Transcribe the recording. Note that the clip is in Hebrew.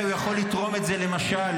והוא יכול לתרום את זה, למשל,